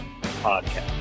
podcast